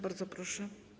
Bardzo proszę.